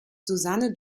susanne